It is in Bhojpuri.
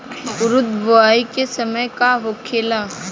उरद बुआई के समय का होखेला?